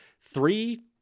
three